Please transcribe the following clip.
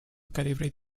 calibrate